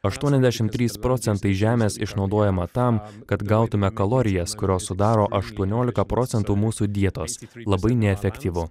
aštuoniasdešim trys procentai žemės išnaudojama tam kad gautume kalorijas kurios sudaro aštuoniolika procentų mūsų dietos labai neefektyvu